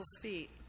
feet